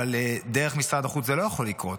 אבל דרך משרד החוץ זה לא יכול לקרות.